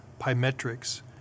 Pymetrics